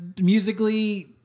musically